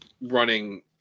running